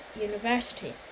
University